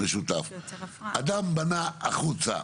אדם בנה החוצה,